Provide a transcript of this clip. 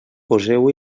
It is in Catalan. poseu